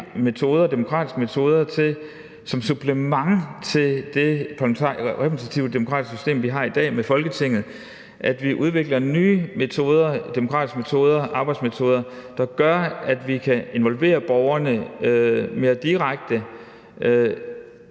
demokratiske metoder som supplement til det repræsentative demokratiske system, vi har i dag med Folketinget, altså at vi skal prøve at udvikle nye demokratiske arbejdsmetoder, der gør, at vi kan involvere borgerne mere direkte,